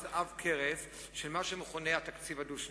עב כרס של מה שמכונה התקציב הדו-שנתי.